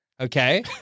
Okay